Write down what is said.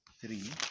three